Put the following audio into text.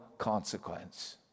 consequence